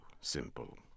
simple